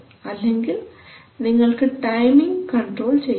അല്ലെങ്കിൽ നിങ്ങൾക്ക് timing control ചെയ്യാം